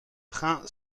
train